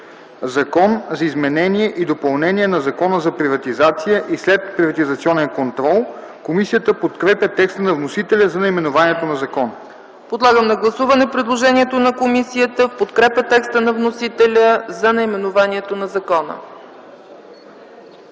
„Закон за изменение и допълнение на Закона за приватизация и следприватизационен контрол”. Комисията подкрепя текста на вносителя за наименованието на закона. ПРЕДСЕДАТЕЛ ЦЕЦКА ЦАЧЕВА: Подлагам на гласуване предложението на комисията в подкрепа текста на вносителя за наименованието на закона.